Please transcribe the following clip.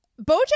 BoJack